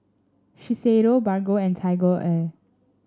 Shiseido Bargo and TigerAir